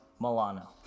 Milano